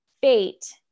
fate